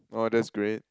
oh that's great